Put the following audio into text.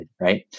right